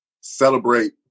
celebrate